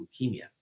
leukemia